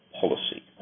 policy